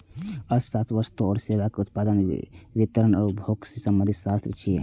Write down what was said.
अर्थशास्त्र वस्तु आ सेवाक उत्पादन, वितरण आ उपभोग सं संबंधित शास्त्र छियै